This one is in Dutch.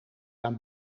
aan